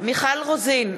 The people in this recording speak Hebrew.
מיכל רוזין,